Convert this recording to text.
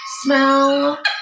smell